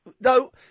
no